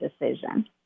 decision